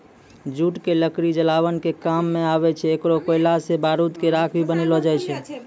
jute के लकड़ी जलावन के काम मॅ आवै छै, एकरो कोयला सॅ बारूद के राख भी बनैलो जाय छै